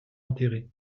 enterré